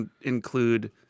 include